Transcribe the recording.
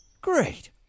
great